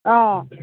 অঁ